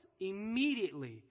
immediately